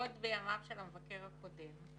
עוד בימיו של המבקר הקודם,